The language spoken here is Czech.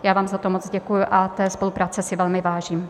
Já vám za to moc děkuji a té spolupráce si velmi vážím.